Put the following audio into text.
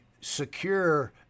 secure